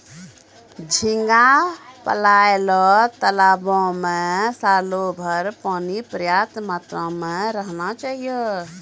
झींगा पालय ल तालाबो में सालोभर पानी पर्याप्त मात्रा में रहना चाहियो